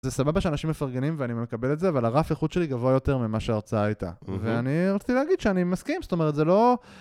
זה סבבה שאנשים מפרגנים ואני מקבל את זה, אבל הרף איכות שלי גבוה יותר ממה שההרצאה הייתה. ואני רציתי להגיד שאני מסכים, זאת אומרת זה לא...